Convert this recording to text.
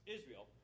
Israel